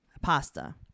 pasta